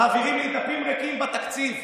מעבירים לי דפים ריקים בתקציב,